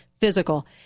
physical